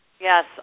Yes